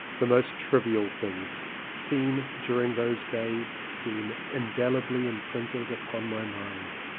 the most trivial things seen during those days seem indelibly imprinted upon my mind.